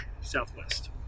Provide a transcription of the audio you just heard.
southwest